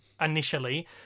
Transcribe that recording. initially